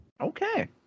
Okay